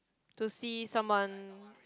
to see someone